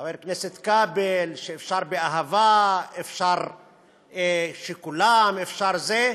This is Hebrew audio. חבר הכנסת כבל, שאפשר באהבה, אפשר שכולם, אפשר זה.